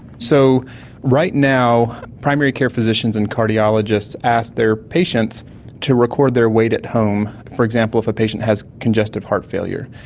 so right now primary care physicians and cardiologists ask their patients to record their weight at home. for example, if a patient has congestive heart failure,